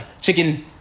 chicken